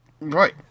Right